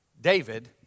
David